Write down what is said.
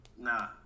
Nah